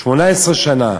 18 שנה.